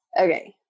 Okay